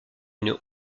une